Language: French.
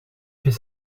fait